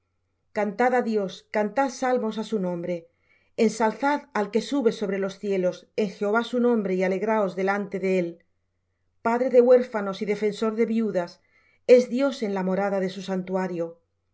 á dios cantad salmos á su nombre ensalzad al que sube sobre los cielos en jah su nombre y alegraos delante de él padre de huérfanos y defensor de viudas es dios en la morada de su santuario